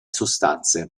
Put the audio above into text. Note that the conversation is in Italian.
sostanze